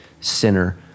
sinner